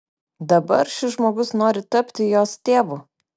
dabar šis žmogus nori tapti jos tėvu